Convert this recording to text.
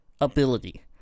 ability